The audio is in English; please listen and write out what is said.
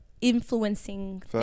influencing